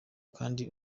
kandi